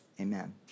amen